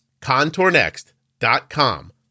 contournext.com